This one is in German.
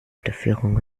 unterführung